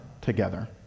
together